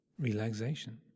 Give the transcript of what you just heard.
relaxation